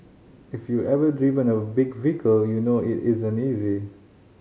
if you've ever driven a big vehicle you'll know it isn't easy